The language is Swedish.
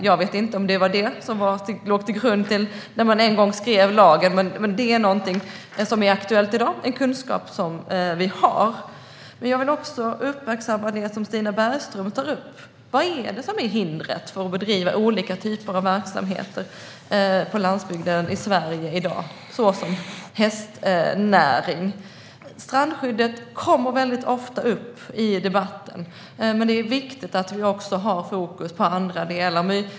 Jag vet dock inte om detta låg till grund när man en gång skrev lagen. Det är hur som helst en kunskap som vi har och som är aktuell i dag. Jag vill också uppmärksamma det som Stina Bergström tar upp. Vilka hinder finns för att bedriva olika slags verksamheter, såsom hästnäring, på landsbygden i Sverige i dag? Strandskyddet kommer ofta upp i debatten, men det är viktigt att vi har fokus även på andra delar.